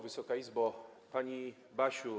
Wysoka Izbo! Pani Basiu!